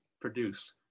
produce